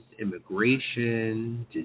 immigration